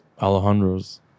Alejandro's